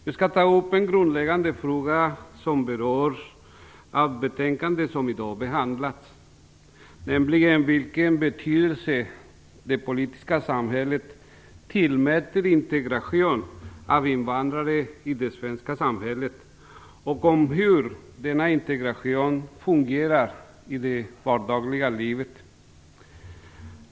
Jag skall ta upp en grundläggande fråga som berörs i det betänkande som i dag behandlats, nämligen frågan om vilken betydelse det politiska samhället tillmäter integrationen av invandrare i det svenska samhället och om hur denna integration fungerar i det vardagliga livet.